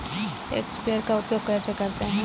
Sprayer का उपयोग कैसे करें?